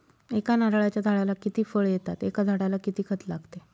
एका नारळाच्या झाडाला किती फळ येतात? एका झाडाला किती खत लागते?